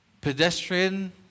pedestrian